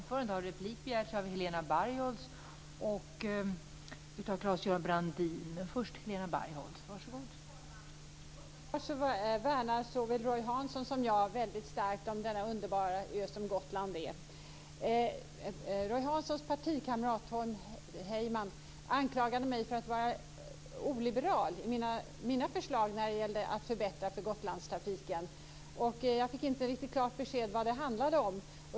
Fru talman! Uppenbarligen värnar såväl Roy Hansson som jag väldigt starkt om den underbara ö som Gotland är. Roy Hanssons partikamrat Tom Heyman anklagade mig för att vara oliberal i mina förslag när det gäller att förbättra för Gotlandstrafiken. Jag fick inte riktigt klart besked om vad det handlade om.